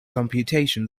computation